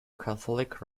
catholic